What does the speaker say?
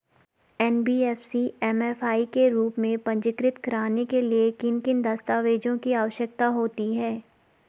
NBFC MFI के रूप में पंजीकृत कराने के लिए किन किन दस्तावेज़ों की आवश्यकता होती है?